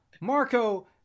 Marco